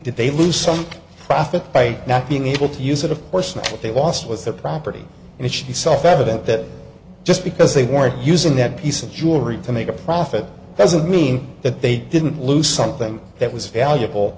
did they lose some profit by not being able to use it of course and what they lost was their property and it should be self evident that just because they were using that piece of jewelry to make a profit doesn't mean that they didn't lose something that was valuable